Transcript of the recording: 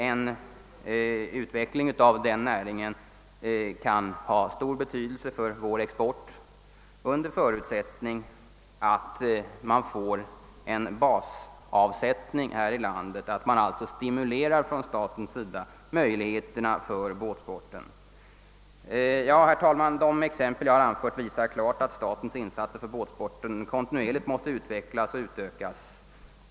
En utveckling av denna näring kan få stor betydelse för vår export under förutsättning att man får en basavsättning här i landet och att staten alltså stimulerar möjligheterna för båtsporten. Herr talman! Det exempel jag anfört visar klart att statens insatser för båtsporten kontinuerligt måste utvecklas och utökas.